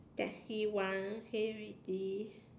taxi one say already